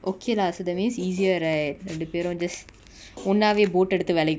okay lah so that means easier right ரெண்டுபேரு:renduperu just ஒன்னாவே:onnave boat எடுத்து வேலைக்கு பெய்ரளா:eduthu velaiku peirala